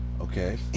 Okay